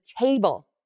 table